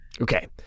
okay